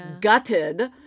gutted